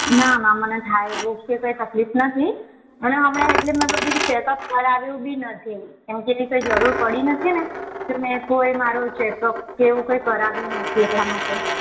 ના મૅમ મને થાઈરોઇડ કે કંઈ તકલીફ નથી અને હમણાં એટલે જ મેં બધુ ચેક અપ કરાવ્યું બી નથી કેમ કે એવી કઈ જરૂર પડી નથી ને તે મેં કોઈ મારું ચેક અપ કે એવું કાંઈ કરાવ્યું નથી એટલા માટે